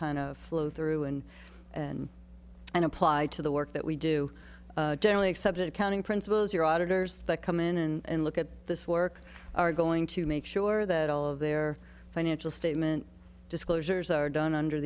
of flow through and and and apply to the work that we do generally accepted accounting principles your auditors that come in and look at this work are going to make sure that all of their financial statement disclosures are done under